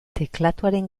teklatuaren